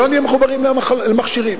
שלא נהיה מחוברים למכשירים,